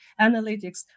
analytics